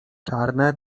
czarne